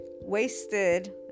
wasted